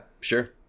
Sure